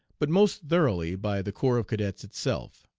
but most thoroughly by the corps of cadets itself.